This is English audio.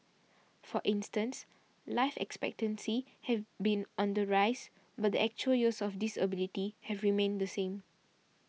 for instance life expectancy have been on the rise but the actual years of disability have remained the same